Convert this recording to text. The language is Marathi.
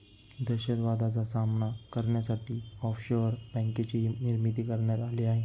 दहशतवादाचा सामना करण्यासाठी ऑफशोअर बँकेचीही निर्मिती करण्यात आली आहे